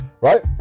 Right